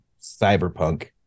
cyberpunk